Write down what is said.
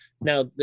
Now